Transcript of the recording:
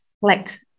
collect